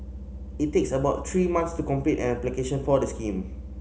it takes about three months to complete an application for the scheme